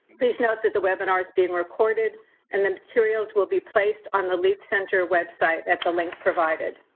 please note that the webinar is being recorded and the materials will be placed on the lead center website at the link provided.